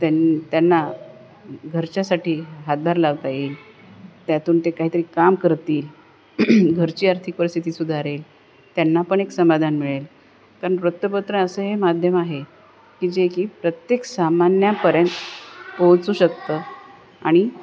त्यां त्यांना घरच्यासाठी हातभार लावता येईल त्यातून ते काहीतरी काम करतील घरची आर्थिक परिस्थिती सुधारेल त्यांना पण एक समाधान मिळेल कारण वृतपत्र असं हे माध्यम आहे की जे की प्रत्येक सामान्यापर्यंत पोहोचू शकतं आणि